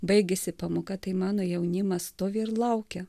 baigėsi pamoka tai mano jaunimas stovi ir laukia